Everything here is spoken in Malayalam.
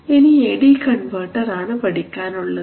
ഇനി എ ഡി കൺവെർട്ടർ ആണ് പഠിക്കാനുള്ളത്